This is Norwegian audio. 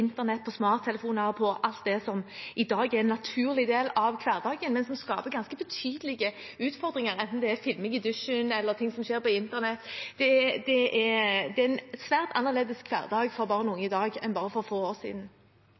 internett, til smarttelefoner og til alt det som i dag er en naturlig del av hverdagen, men som skaper ganske betydelige utfordringer – enten det er filming i dusjen eller ting som skjer på internett. Det er en svært annerledes hverdag for barn og unge i dag enn for bare noen få år siden.